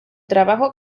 trabajo